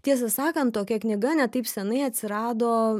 tiesą sakant tokia knyga ne taip senai atsirado